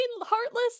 Heartless